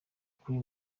kuri